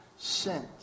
sent